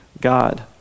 God